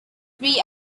three